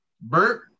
Bert